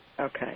Okay